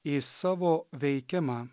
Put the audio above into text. į savo veikimą